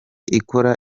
ikora